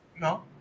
No